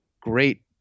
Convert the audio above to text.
great